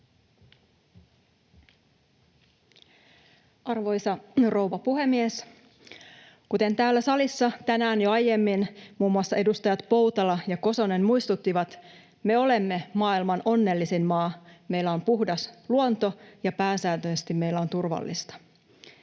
Arvoisa rouva puhemies! Kuten täällä salissa tänään jo aiemmin muun muassa edustajat Poutala ja Kosonen muistuttivat, me olemme maailman onnellisin maa, meillä on puhdas luonto ja pääsääntöisesti meillä on turvallista.